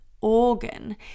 organ